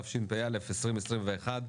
התשפ"א-2021,